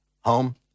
home